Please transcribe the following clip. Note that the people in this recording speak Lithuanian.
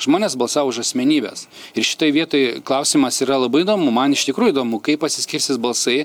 žmonės balsavo už asmenybes ir šitoj vietoj klausimas yra labai įdomu man iš tikrųjų įdomu kaip pasiskirstys balsai